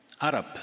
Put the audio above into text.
Arab